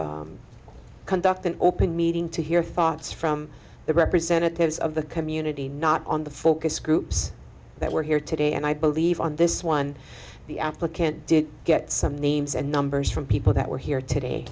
inadequate conduct an open meeting to hear thoughts from the representatives of the community not on the focus groups that were here today and i believe on this one the applicant did get some names and numbers from people that were here today